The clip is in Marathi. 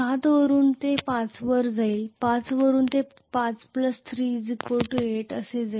7 वरून ते 5 वर जाईल 5 वरून ते 5 3 8 असे जाईल